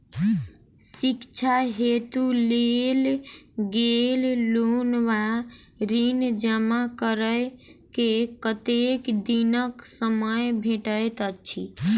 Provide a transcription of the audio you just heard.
शिक्षा हेतु लेल गेल लोन वा ऋण जमा करै केँ कतेक दिनक समय भेटैत अछि?